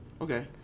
Okay